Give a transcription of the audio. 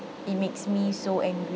it makes me so angry